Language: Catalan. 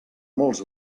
molts